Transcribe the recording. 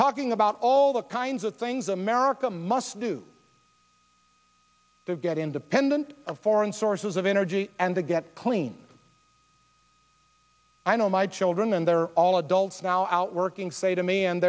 talking about all the kinds of things america must do to get independent of foreign sources of energy and to get clean i know my children and they're all adults now out working say to me and